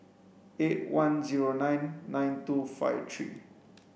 eight one zero nine nine two five three